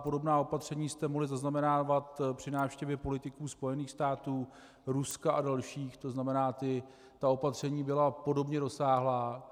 Podobná opatření jste mohli zaznamenávat při návštěvě politiků Spojených států, Ruska a dalších, tzn. ta opatření byla podobně rozsáhlá.